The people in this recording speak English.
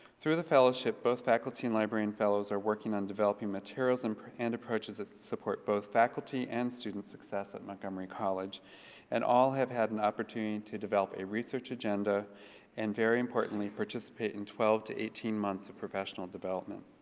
through the fellowship, both faculty and librarian fellows are working on developing materials and and approaches that support both faculty and student success at montgomery college and all have had an opportunity to develop a research agenda and very importantly participate in twelve to eighteen months of professional development.